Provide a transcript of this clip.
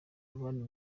abandi